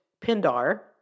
Pindar